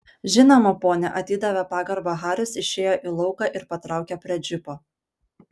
žinoma pone atidavė pagarbą haris išėjo į lauką ir patraukė prie džipo